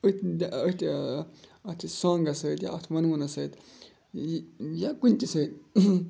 أتھۍ أتھۍ اَتھ چھِ سانٛگَٕس سۭتۍ یا اَتھ وَنوُنَس سۭتۍ یہِ یا کُنہِ تہِ سۭتۍ